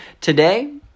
today